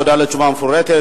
תודה על התשובה המפורטת.